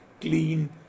clean